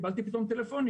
אני קיבלתי פתאום טלפונים,